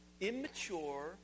immature